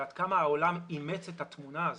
ועד כמה העולם אימץ את התמונה הזאת,